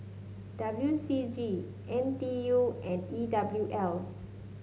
W C G N T U and E W L